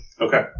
Okay